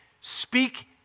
speak